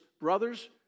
brothers